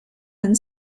and